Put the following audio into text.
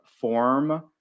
form